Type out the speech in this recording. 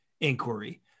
inquiry